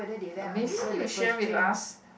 maybe you share with us